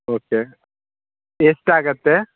okay ಎಷ್ಟು ಆಗುತ್ತೆ